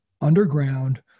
underground